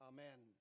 Amen